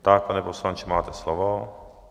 Tak pane poslanče, máte slovo.